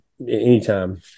anytime